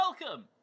Welcome